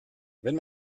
wenn